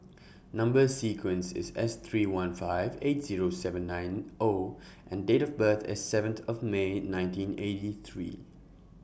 Number sequence IS S three one five eight Zero seven nine O and Date of birth IS seventh May nineteen eighty three